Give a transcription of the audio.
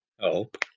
help